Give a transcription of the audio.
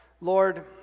Lord